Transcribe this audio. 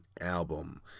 album